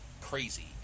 crazy